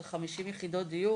של 50 יחידות דיור